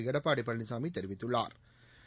எடப்பாடி பழனிசாமி தெரிவித்துள்ளாா்